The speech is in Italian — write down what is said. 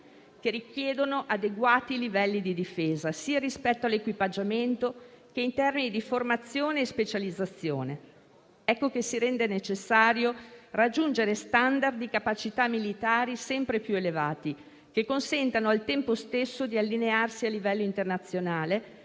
che richiedono adeguati livelli di difesa sia rispetto all'equipaggiamento che in termini di formazione e specializzazione. Ecco che si rende necessario raggiungere *standard* di capacità militari sempre più elevati, che consentano al tempo stesso di allinearsi a livello internazionale